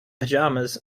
pajamas